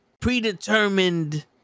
predetermined